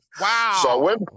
Wow